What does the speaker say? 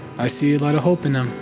i see a lot of hope in them.